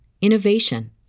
innovation